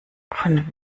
von